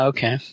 Okay